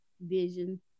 vision